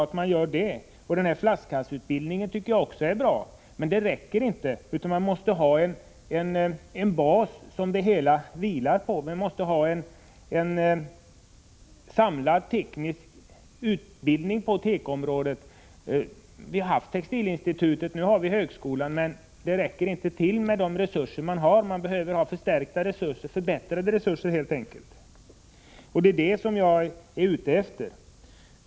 Även den s.k. flaskhalsutbildningen tycker jag är bra. Men det räcker inte med dessa stödformer utan det måste också finnas en bas för det hela. Det måste finnas en samlad teknisk utbildning på tekoområdet. Det räcker inte med textilinstitutet och högskolan. Det behövs en förstärkning. Det behövs helt enkelt större resurser, och det är det som jag är ute efter.